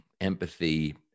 empathy